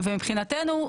ומבחינתנו,